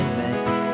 make